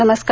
नमस्कार